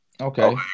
okay